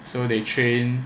so they train